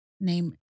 name